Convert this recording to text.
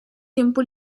tempo